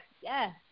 Yes